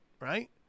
right